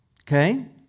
Okay